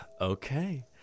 Okay